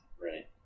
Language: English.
Right